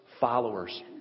followers